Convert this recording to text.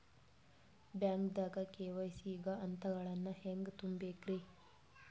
ಬ್ಯಾಂಕ್ದಾಗ ಕೆ.ವೈ.ಸಿ ಗ ಹಂತಗಳನ್ನ ಹೆಂಗ್ ತುಂಬೇಕ್ರಿ?